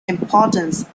importance